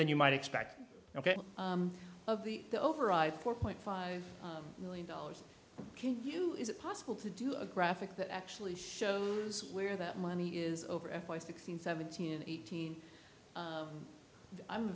than you might expect of the to override four point five million dollars can you is it possible to do a graphic that actually shows where that money is over f y sixteen seventeen eighteen i'm a